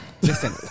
Listen